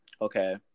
Okay